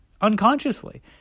unconsciously